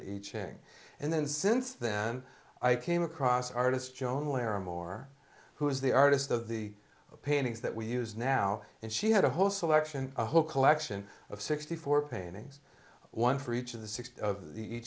iching and then since then i came across artists jonah lehrer more who is the artist of the paintings that we use now and she had a whole selection a whole collection of sixty four paintings one for each of the six of the